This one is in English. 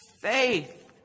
faith